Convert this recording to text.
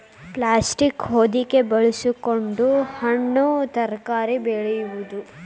plastic ಹೊದಿಕೆ ಬಳಸಕೊಂಡ ಹಣ್ಣು ತರಕಾರಿ ಬೆಳೆಯುದು